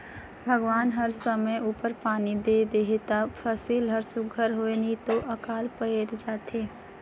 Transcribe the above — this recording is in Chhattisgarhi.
भगवान हर समे उपर पानी दे देहे ता फसिल हर सुग्घर होए नी तो अकाल पइर जाए